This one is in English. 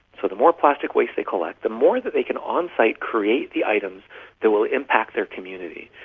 so the more plastic waste they collect the more that they can on-site create the items that will impact their community,